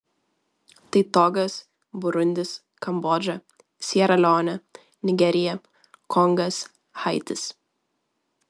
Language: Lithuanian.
tai togas burundis kambodža siera leonė nigerija kongas haitis